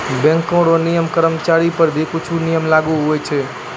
bank रो नियम कर्मचारीयो पर भी कुछु नियम लागू हुवै छै